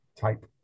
type